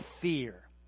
fear